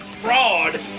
fraud